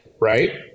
right